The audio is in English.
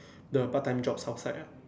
the part time jobs outside lah